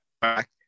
back